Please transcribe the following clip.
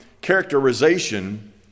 characterization